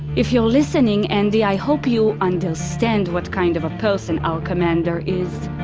if you're listening andi, i hope you understand what kind of a person our commander is.